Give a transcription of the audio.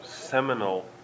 seminal